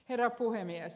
herra puhemies